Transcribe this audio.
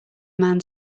man